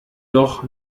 doch